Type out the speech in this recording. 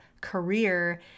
career